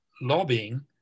lobbying